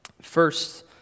First